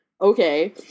Okay